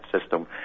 system